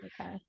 okay